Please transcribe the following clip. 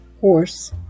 horse